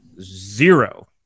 zero